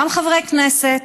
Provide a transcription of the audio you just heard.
גם חברי כנסת,